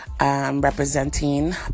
representing